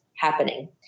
happening